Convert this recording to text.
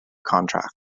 contract